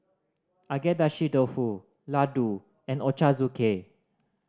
Agedashi Dofu Ladoo and Ochazuke